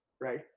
right